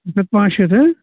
اکھ ہَتھ پٲنٛژھ شیٖتھ ہٕنٛہ